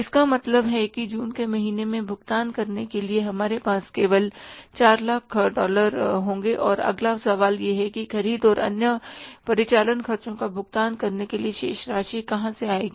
इसका मतलब है कि जून के महीने में भुगतान करने के लिए हमारे पास केवल 400000 डॉलर होंगे और अगला सवाल यह है कि खरीद और अन्य परिचालन खर्चों का भुगतान करने के लिए शेष राशि कहां से आएगी